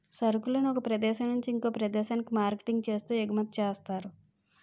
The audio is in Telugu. సరుకులను ఒక ప్రదేశం నుంచి ఇంకొక ప్రదేశానికి మార్కెటింగ్ చేస్తూ ఎగుమతి చేస్తారు